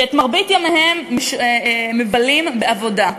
שאת מרבית ימיהם מבלים בעבודה.